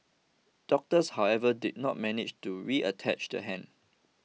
doctors however did not manage to reattach the hand